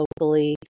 locally